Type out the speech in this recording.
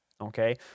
Okay